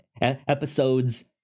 episodes